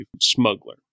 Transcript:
smuggler